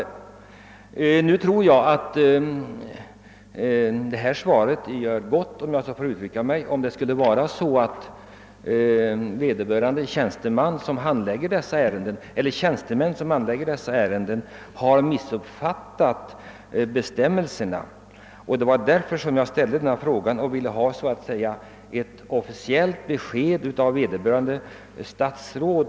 Nu tror jag att statsrådets svar gör gott, om jag så får uttrycka mig, ifall det skulle vara så att de som handlägger dessa ärenden missuppfattat bestämmelserna. Jag ställde frågan just därför att jag ville ha ett officiellt besked av vederbörande statsåd.